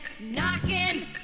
knocking